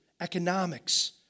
economics